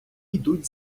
йдуть